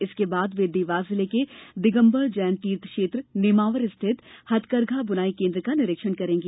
इसके बाद वे देवास जिले के दिगम्बर जैन तीर्थ क्षेत्र नेमावर स्थित हथकरघा बुनाई केन्द्र का निरीक्षण करेंगी